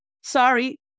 Sorry